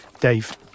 Dave